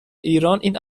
ایران، این